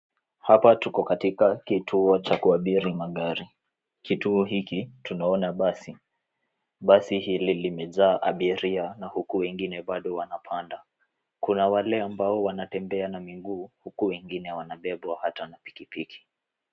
Hapa tuko katika kituo cha kuabiri magari, kituo hiki tunaona basi, basi hili limejaa abiria na huku wengine bado wanapanda. Kuna wale ambao wanatembea na miguu, huku wengine wanabebwa hata na pikipiki.